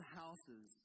houses